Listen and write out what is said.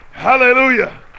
Hallelujah